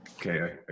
Okay